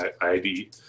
ID